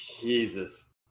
Jesus